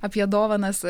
apie dovanas